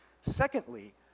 Secondly